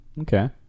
Okay